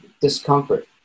discomfort